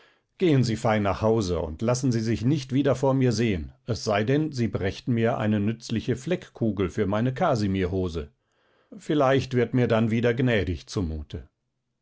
gehen sie fein nach hause und lassen sie sich nicht wieder vor mir sehen es sei denn sie brächten mir eine nützliche fleckkugel für meine kasimirhose vielleicht wird mir dann wieder gnädig zumute